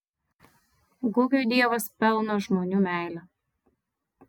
gugiui dievas pelno žmonių meilę